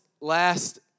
last